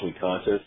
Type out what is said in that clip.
conscious